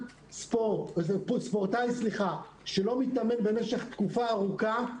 ספורטאי שלא מתאמן במשך תקופה ארוכה,